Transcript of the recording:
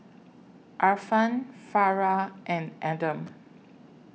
Irfan Farah and Adam